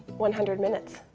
one hundred minutes.